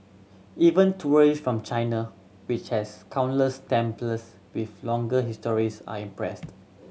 even tourist from China which has countless temples with longer histories are impressed